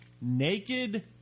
naked